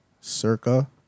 Circa